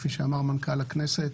כפי שאמר מנכ"ל הכנסת,